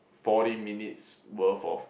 forty minutes worth of